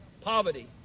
poverty